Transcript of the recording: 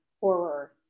horror